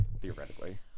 theoretically